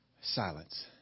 Silence